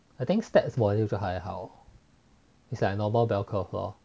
I think stats module 就还好 it's like a normal bell curve lor